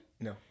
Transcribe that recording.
No